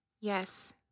Yes